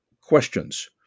questions